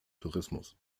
tourismus